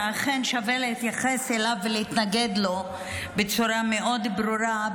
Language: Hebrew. שאכן שווה להתייחס אליו ולהתנגד לו בצורה מאוד ברורה,